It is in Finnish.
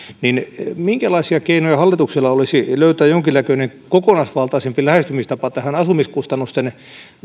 niin minkälaisia keinoja hallituksella olisi löytää jonkinnäköinen kokonaisvaltaisempi lähestymistapa tähän asumiskustannusten